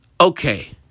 Okay